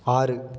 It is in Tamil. ஆறு